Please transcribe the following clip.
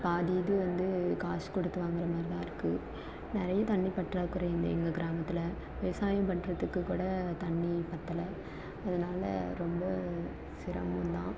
பாதி இது வந்து காசு கொடுத்து வாங்கிற மாதிரி தான் இருக்குது நிறைய தண்ணி பற்றாக்குறை இந்த எங்கே கிராமத்தில் விவசாயம் பண்ணுறத்துக்குகூட தண்ணி பத்தலை அதனால ரொம்ப சிரமந்தான்